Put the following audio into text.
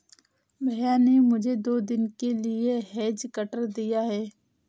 भैया ने मुझे दो दिन के लिए हेज कटर दिया है